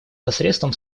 посредством